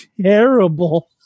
terrible